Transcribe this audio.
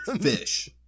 fish